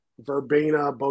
Verbena